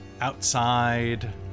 outside